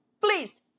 Please